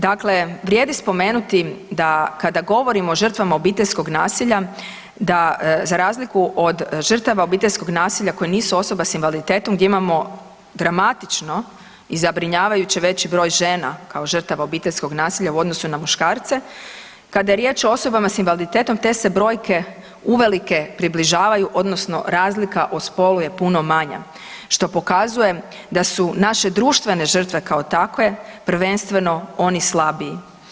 Dakle, vrijedi spomenuti da kada govorimo o žrtvama obiteljskog nasilja, da za razliku od žrtava obiteljskog nasilja koje nisu osoba s invaliditetom gdje imamo dramatično i zabrinjavajuće veći broj žena kao žrtava obiteljskog nasilja u odnosu na muškarce, kada je riječ o osobama s invaliditetom te se brojke uvelike približavaju odnosno razlika u spolu je puno manja što pokazuje da su naše društvene žrtve kao takve prvenstveno oni slabiji.